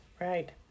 right